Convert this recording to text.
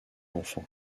enfant